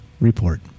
report